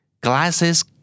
Glasses